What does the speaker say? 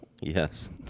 yes